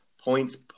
points